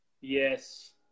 Yes